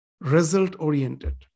result-oriented